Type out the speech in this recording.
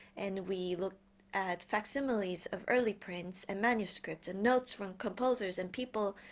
and we look at facsimiles of early prints and manuscripts and notes from composers and people